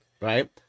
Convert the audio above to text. right